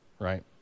right